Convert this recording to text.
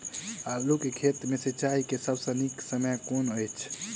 आलु केँ खेत मे सिंचाई केँ सबसँ नीक समय कुन अछि?